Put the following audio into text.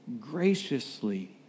graciously